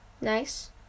Nice